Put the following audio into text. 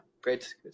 great